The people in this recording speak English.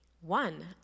one